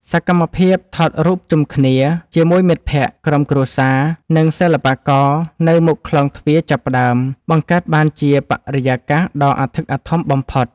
សកម្មភាពថតរូបជុំគ្នាជាមួយមិត្តភក្តិ ក្រុមគ្រួសារ និងសិល្បករនៅមុខខ្លោងទ្វារចាប់ផ្ដើម បង្កើតបានជាបរិយាកាសដ៏អធិកអធមបំផុត។